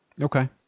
Okay